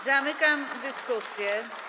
Zamykam dyskusję.